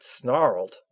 snarled